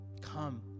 Come